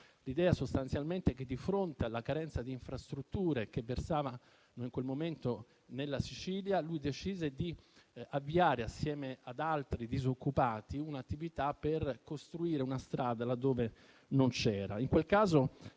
sciopero alla rovescia: di fronte alla carenza di infrastrutture in cui versava in quel momento la Sicilia, lui decise di avviare assieme ad altri disoccupati un'attività per costruire una strada laddove non c'era.